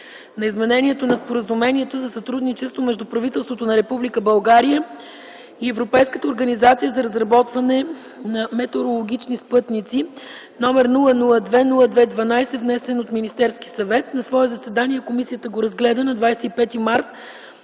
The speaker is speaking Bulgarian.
на Изменението на Споразумението за сътрудничество между правителството на Република България и Европейската организация за разработване на метеорологични спътници, № 002-02-12, внесен от Министерския съвет. „На свое заседание, проведено на 25 март